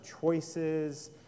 choices